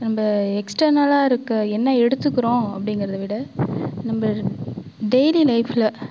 நம்ப எக்ஸ்டனலாக இருக்க என்ன எடுத்துக்கிறோம் அப்படிங்குறதவிட நம்ப டெய்லி லைஃப்பில்